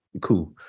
cool